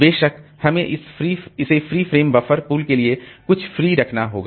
बेशक हमें इस फ्री फ्रेम बफर पूल के लिए कुछ फ्री रखना होगा